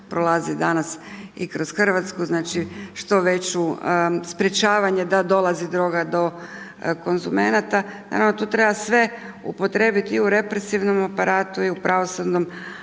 prolaze danas i kroz Hrvatsku, znači što veću, sprječavanje da dolazi droga do konzumenata. Nama tu treba sve upotrijebiti i u represivnom aparatu i u pravosudnom